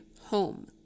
home